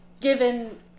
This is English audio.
given